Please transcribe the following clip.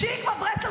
שקמה ברסלר,